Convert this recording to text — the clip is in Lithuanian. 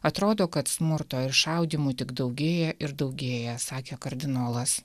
atrodo kad smurto ir šaudymų tik daugėja ir daugėja sakė kardinolas